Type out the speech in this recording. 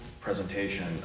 presentation